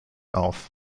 auf